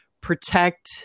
protect